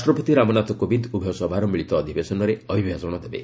ରାଷ୍ଟ୍ରପତି ରାମନାଥ କୋବିନ୍ଦ ଉଭୟ ସଭାର ମିଳିତ ଅଧିବେଶନରେ ଅଭିଭାଷଣ ଦେବେ